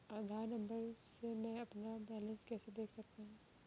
आधार number से मैं अपना बैलेंस कैसे देख सकता हूँ?